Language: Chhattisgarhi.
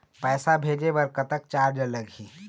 पैसा भेजे बर कतक चार्ज लगही?